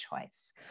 choice